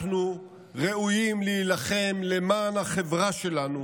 אנחנו ראויים שנילחם למען החברה שלנו,